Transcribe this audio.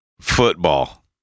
Football